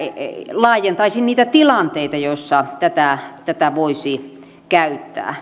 laajentaisi niitä tilanteita joissa tätä tätä voisi käyttää